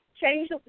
Change